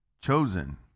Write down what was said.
chosen